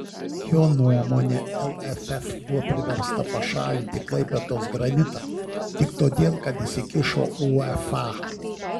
jo nuomone lff buvo priversta pašalinti klaipėdos granitą tik todėl kad įsikišo uefa